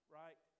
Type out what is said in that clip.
right